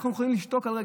איך אנחנו יכולים לשתוק?